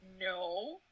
No